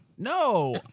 No